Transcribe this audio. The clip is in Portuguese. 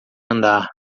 andar